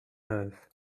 earth